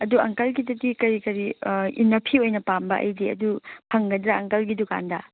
ꯑꯗꯨ ꯑꯪꯀꯜꯒꯤꯗꯗꯤ ꯀꯔꯤ ꯀꯔꯤ ꯏꯟꯅ ꯐꯤ ꯑꯣꯏꯅ ꯄꯥꯝꯕ ꯑꯩꯗꯤ ꯑꯗꯨ ꯐꯪꯒꯗ꯭ꯔꯥ ꯑꯪꯀꯜꯒꯤ ꯗꯨꯀꯥꯟꯗ